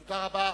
תודה רבה.